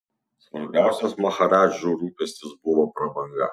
svarbiausias maharadžų rūpestis buvo prabanga